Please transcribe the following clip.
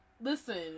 Listen